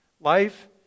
Life